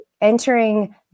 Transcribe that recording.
entering